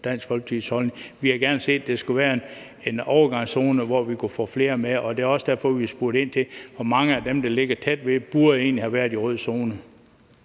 Dansk Folkepartis holdning. Vi havde gerne set, der skulle være en overgangszone, hvor vi kunne få flere med. Det er også derfor, vi har spurgt ind til, hvor mange af dem, der ligger tæt ved, der egentlig burde have været i rød zone.